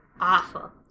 awful